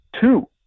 two